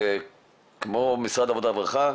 וכמו משרד העבודה והרווחה,